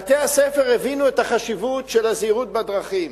בתי-הספר הבינו את החשיבות של לימודי זהירות בדרכים,